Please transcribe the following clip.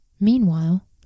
Meanwhile